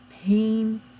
pain